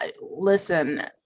Listen